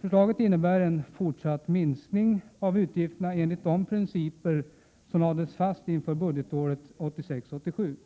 Förslaget innebär en fortsatt minskning av utgifterna enligt de principer som lades fast inför budgetåret 1986/87.